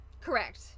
Correct